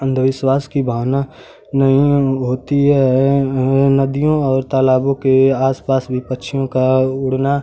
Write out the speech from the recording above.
अन्धविश्वास की भावना नहीं होती है नदियों और तालाबों के आस पास भी पक्षियों का उड़ना